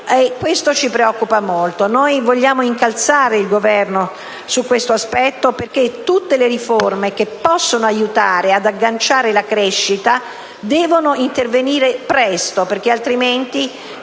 questo ci preoccupa molto. Noi vogliamo incalzare il Governo su questo aspetto perché tutte le riforme che possono aiutare ad agganciare la crescita devono intervenire presto, altrimenti